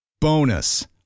Bonus